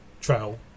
trail